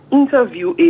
interview